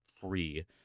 free